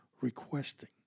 requesting